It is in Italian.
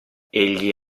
egli